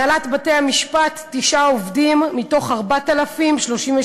הנהלת בתי-המשפט, תשעה עובדים מתוך 4,033,